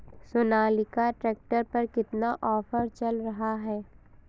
Sonalika tractor पर कितना offer चल रहा है?